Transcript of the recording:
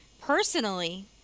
personally